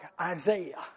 Isaiah